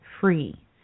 free